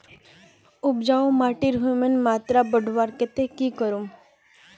उपजाऊ माटिर ह्यूमस मात्रा बढ़वार केते की करूम?